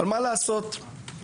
מה לעשות,